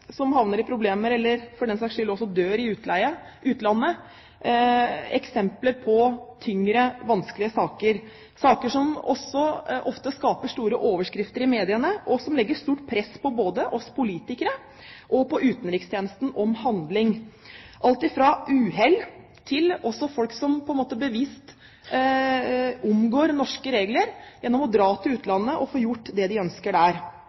som havner i problemer, eller som for den saks skyld også dør i utlandet. Dette er eksempler på tyngre og vanskelige saker som også ofte skaper store overskrifter i mediene, og som legger stort press, både på oss politikere og på utenrikstjenesten, om handling – alt fra uhell til folk som bevisst omgår norske regler ved å dra til utlandet og få gjort det de ønsker, der.